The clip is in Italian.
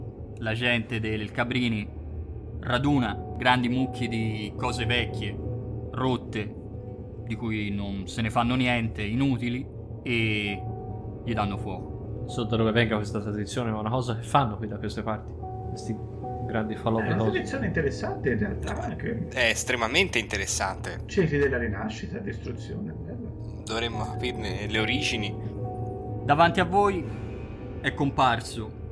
La gente del Cabrini raduna grandi mucchi di cose vecchie, rotte, di cui non se ne fanno niente, inutili, e gli danno fuoco. Non so da dove venga questa tradizione, ma è una cosa che fanno qui da queste parti, questi grandi falò È una veloci. tradizione interessante in realtà, anche. È estremamente interessante. Sì, si deve alla rinascita, alla distruzione, bello. Dovremmo capirne le origini. Davanti a voi è comparso